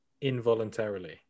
involuntarily